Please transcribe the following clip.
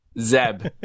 Zeb